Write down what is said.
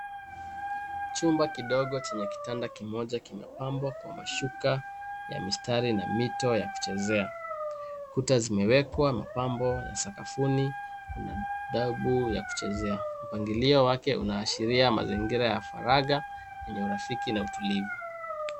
Chumba kidogo Chenye kitanda kimoja kimepambwa kwa mashuka ya mistari na mito ya kuchezea, kuta zimewekwa mapambo ya Sakafuni kuna tabu ya kuchezea. Mpangilio wake inaashiria mazingira ya faragha yenye urafiki na utulivu.